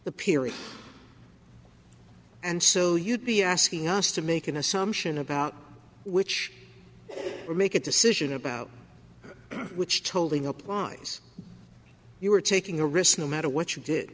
the period and so you'd be asking us to make an assumption about which or make a decision about which tolling applies you were taking a risk no matter what you did